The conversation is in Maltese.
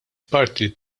parti